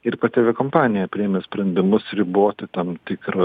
ir pati aviakompanija priėmė sprendimus riboti tam tikrą